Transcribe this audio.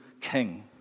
king